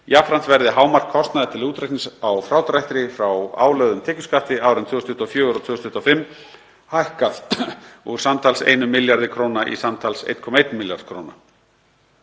Jafnframt verði hámark kostnaðar til útreiknings á frádrætti frá álögðum tekjuskatti árin 2024 og 2025 hækkað úr samtals 1 milljarði kr. í samtals 1,1 milljarð kr.